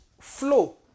flow